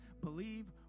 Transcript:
believe